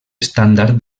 estàndard